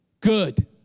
good